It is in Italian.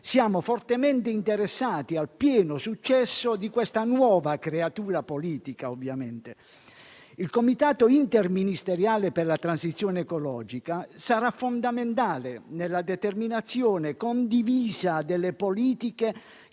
siamo fortemente interessati al pieno successo di questa nuova creatura politica. Il Comitato interministeriale per la transizione ecologica sarà fondamentale nella determinazione condivisa delle politiche